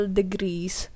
degrees